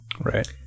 Right